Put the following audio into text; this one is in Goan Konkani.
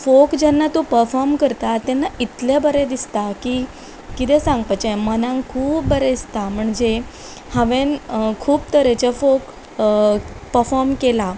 फोक जेन्ना तूं पफॉम करता तेन्ना इतले बरें दिसता की कितें सांगपाचे मनांक खूब बरें दिसता म्हणजे हांवें खूब तरेचे फोक पफोम केला